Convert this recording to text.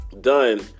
done